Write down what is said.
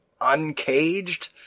uncaged